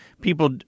people